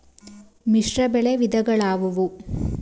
ಮಿಶ್ರಬೆಳೆ ವಿಧಗಳಾವುವು?